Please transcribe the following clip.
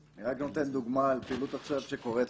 אני רק נותן דוגמה על פעילות אחרת שמתרחשת